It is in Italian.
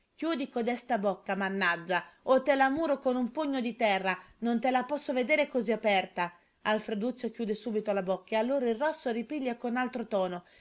dio chiudi codesta bocca mannaggia o te la muro con un pugno di terra non te la posso vedere così aperta alfreduccio chiude subito la bocca e allora il rosso ripiglia con altro tono